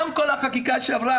גם כל החקיקה שעברה,